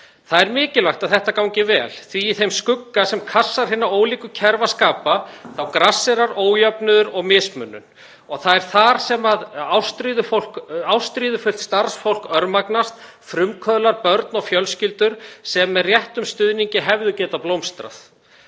Það er mikilvægt að þetta gangi vel því að í þeim skugga sem kassar hinna ólíku kerfa skapa grasserar ójöfnuður og mismunun og það er þar sem ástríðufullt starfsfólk örmagnast, frumkvöðlar, börn og fjölskyldur sem með réttum stuðningi hefðu getað blómstrað.